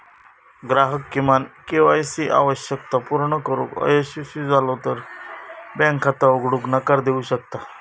ग्राहक किमान K Y C आवश्यकता पूर्ण करुक अयशस्वी झालो तर बँक खाता उघडूक नकार देऊ शकता